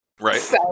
Right